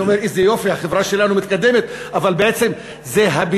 ואני אומר: איזה יופי, החברה שלנו מתקדמת.